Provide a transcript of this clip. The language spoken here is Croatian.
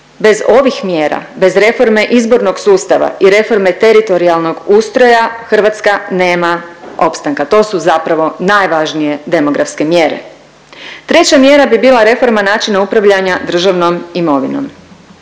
Bez ovih mjera, bez reforma izbornog sustava i reforme teritorijalnog ustroja Hrvatska nema opstanka. To su zapravo najvažnije demografske mjere. Treća mjera bi bila reforma načina upravljanja državnom imovinom.